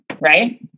right